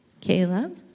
Caleb